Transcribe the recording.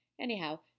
Anyhow